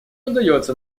удается